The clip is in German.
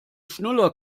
schnuller